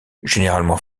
généralement